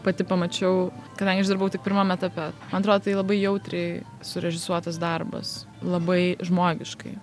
pati pamačiau kadangi aš dirbau tik pirmam etape man atrodo tai labai jautriai surežisuotas darbas labai žmogiškai